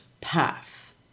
path